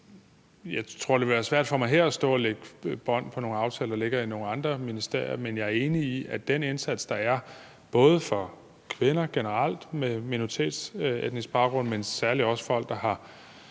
Jeg tror, det vil være svært for mig her at stå og lægge bånd på nogle aftaler, der ligger i nogle andre ministerier. Men jeg er enig i, den indsats, der er for både kvinder med minoritetsetnisk baggrund generelt, men særlig også folk, der har,